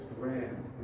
grand